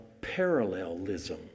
parallelism